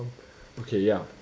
okay ya